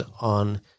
on